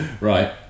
Right